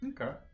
okay